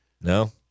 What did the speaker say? No